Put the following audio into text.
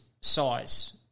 size